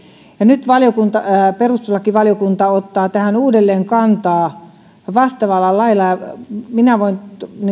ja nyt perustuslakivaliokunta ottaa tähän uudelleen kantaa vastaavalla lailla minä voin